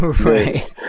Right